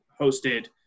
hosted